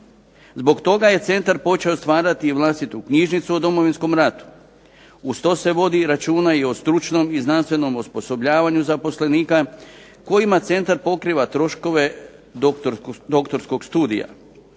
Zbog toga je centar počeo stvarati vlastitu knjižnicu o Domovinskom ratu. Uz to se vodi i računa i o stručnom i znanstvenom osposobljavanju zaposlenika kojima centar pokriva troškove doktorskog studija.